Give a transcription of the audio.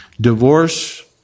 divorce